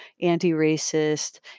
anti-racist